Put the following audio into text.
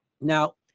now